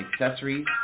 accessories